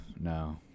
No